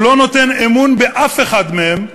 הוא לא נותן אמון באף אחד מהם,